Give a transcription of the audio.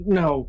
no